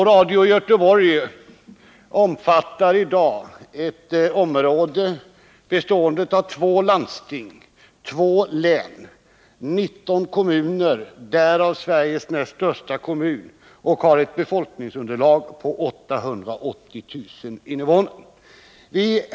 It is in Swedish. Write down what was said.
Radio Göteborg omfattar i dag ett område bestående av två landsting, två län och 19 kommuner, därav Sveriges näst största kommun, och man har ett befolkningsunderlag på 880 000 invånare.